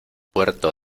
puerto